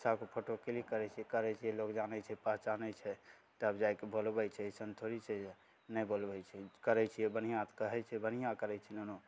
सबके photo click करै छियै कहै छै लोक जानैत छै पहचानैत छै तब जाइके बोलबै छै अइसन थोड़ी छै जे नहि बोलबै छै करै छियै बढ़िआँ से कहै छै बढ़िआँ करैत छै नुनू